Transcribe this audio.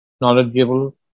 knowledgeable